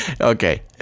Okay